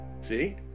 See